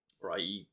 Right